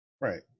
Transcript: Right